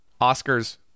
oscars